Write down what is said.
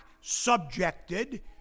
subjected